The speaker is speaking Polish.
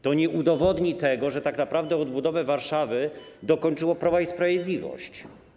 To nie udowodni tego, że tak naprawdę odbudowę Warszawy dokończyło Prawo i Sprawiedliwość.